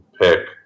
pick